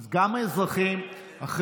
גם האזרחים, אדוני היושב-ראש.